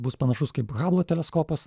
bus panašus kaip hablo teleskopas